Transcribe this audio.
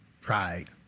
Pride